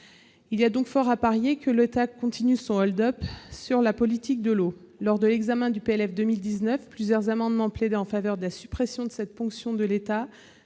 Il y a donc fort à parier que l'État continue son hold-up sur la politique de l'eau. Lors de l'examen du projet de loi de finances pour 2019, plusieurs amendements plaidaient en faveur de la suppression de cette ponction de l'État